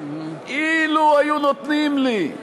אילו היו נותנים לי,